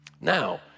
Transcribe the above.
Now